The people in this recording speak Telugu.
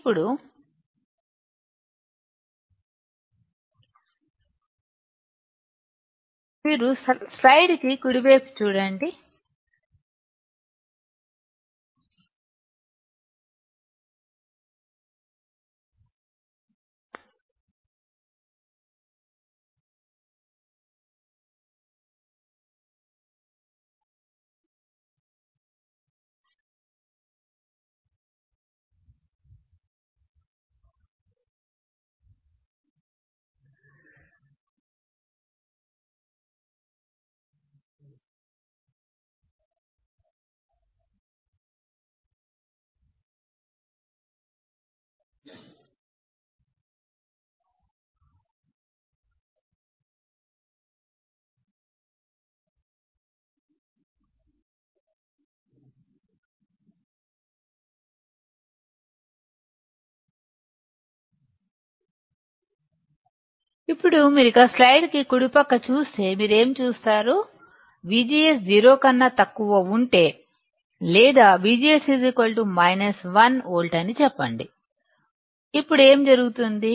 ఇప్పుడు మీరు స్లైడ్ కి కుడి ప్రక్క చూస్తే మీరు ఏమి చూస్తారు VGS 0 కన్నా తక్కువ ఉంటే లేదా VGS 1 వోల్ట్ అని చెప్పండి ఇప్పుడు ఏమి జరుగుతుంది